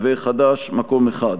חד"ש: מקום אחד.